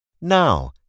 Now